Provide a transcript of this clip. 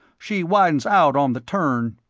she widens out on the turn.